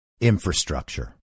infrastructure